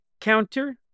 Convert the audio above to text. counter